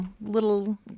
little